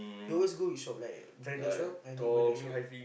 you always go which shop like branded shop any branded shop